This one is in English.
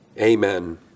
amen